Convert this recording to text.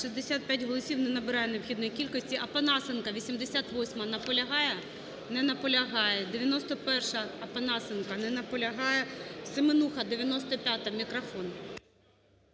65 голосів. Не набирає необхідної кількості. Опанасенко. 88-а. Наполягає? Не наполягає. 91-а. Опанасенко. Не наполягає. Семенуха. 95-а. Мікрофон.